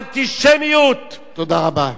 אנטישמיות, תודה רבה.